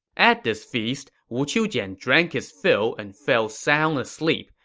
at this feast, wu qiujian drank his fill and fell sound asleep.